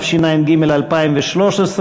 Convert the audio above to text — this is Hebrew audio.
התשע"ג 2013,